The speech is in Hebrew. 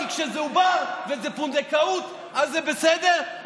כי כשזה עובר וזה פונדקאות אז זה בסדר,